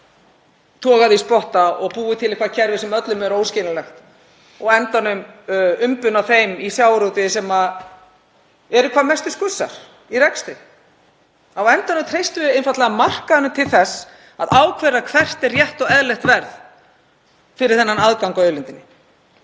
það sé togað í spotta og búið til eitthvert kerfi sem öllum er óskiljanlegt og á endanum umbun fyrir þá í sjávarútvegi sem eru hvað mestir skussar í rekstri. Á endanum treystum við einfaldlega markaðnum til þess að ákveða hvað er rétt og eðlilegt verð fyrir þennan aðgang að auðlindinni.